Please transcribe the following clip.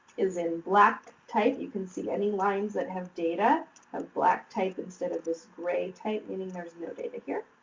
is in black type. you can see any lines that have data have black type instead of this grey type, meaning there's no data here.